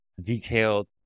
detailed